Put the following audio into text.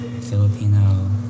Filipino